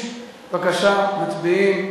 בבקשה, מצביעים.